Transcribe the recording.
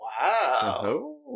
Wow